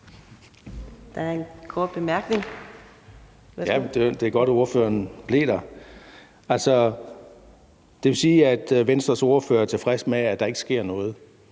Søren Egge Rasmussen (EL): Ja, det er godt, at ordføreren blev stående. Det vil sige, at Venstres ordfører er tilfreds med, at der ikke sker noget